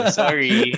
sorry